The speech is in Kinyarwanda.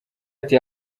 ati